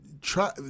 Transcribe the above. try